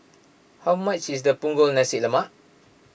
how much is the Punggol Nasi Lemak